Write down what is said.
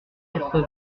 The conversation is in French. quatre